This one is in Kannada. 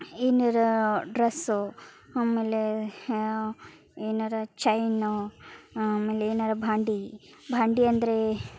ಏನಾರ ಡ್ರಸ್ಸೋ ಆಮೇಲೆ ಏನಾರೂ ಚೈನು ಆಮೇಲೆ ಏನಾರೂ ಭಾಂಡೆ ಭಾಂಡೆ ಅಂದ್ರೆ